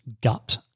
gut